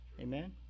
Amen